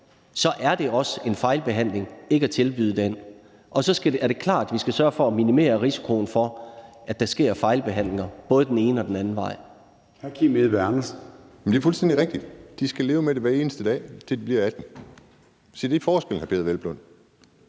Så er det også en fejlbehandling ikke at tilbyde den. Og så er det klart, at vi skal sørge for at minimere risikoen for, at der sker fejlbehandlinger, både den ene og den anden vej.